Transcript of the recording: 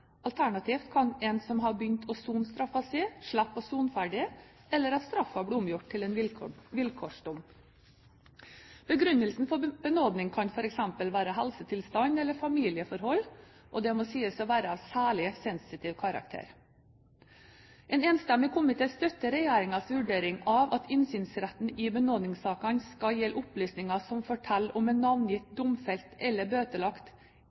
Alternativt kan en som har begynt å sone straffen sin, slippe å sone ferdig, eller straffen bli omgjort til en vilkårsdom. Begrunnelser for benådning kan f.eks. være helsetilstand eller familieforhold, og det må sies å være av særlig sensitiv karakter. En enstemmig komité støtter regjeringens vurdering av at innsynsretten i benådningssaker skal gjelde opplysninger som forteller om en navngitt domfelt eller bøtelagt